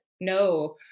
no